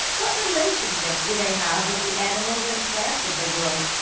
what relationships do they have with the animals and plants of the world?